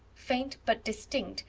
faint but distinct,